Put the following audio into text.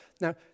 Now